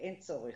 אין צורך,